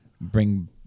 bring